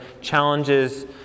challenges